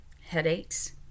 headaches